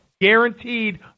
guaranteed